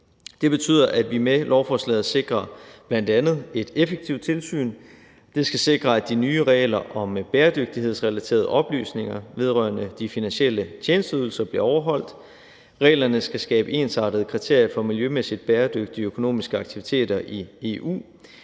Det betyder, at vi med lovforslaget bl.a. sikrer et effektivt tilsyn, og det skal sikre, at de nye regler om bæredygtighedsrelaterede oplysninger vedrørende de finansielle tjenesteydelser bliver overholdt. Reglerne skal skabe ensartede kriterier for miljømæssigt bæredygtige økonomiske aktiviteter i EU,